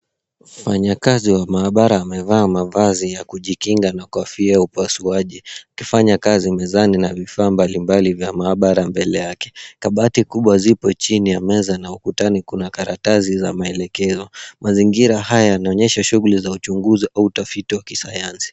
Mfanyakazi wa maabara amevaa mavazi ya kujikinga na kofia ya upasuaji, wakifanya kazi mezani na vifaa mbalimbali vya maabara mbele yake. Kabati kubwa zipo chini ya meza na ukutani kuna karatasi za maelekezo. Mazingira haya yanaonyesha shughuli za uchunguzi au utafiti wa kisayansi.